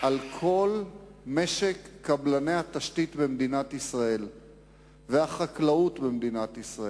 על כל משק קבלני התשתית במדינת ישראל והחקלאות במדינת ישראל.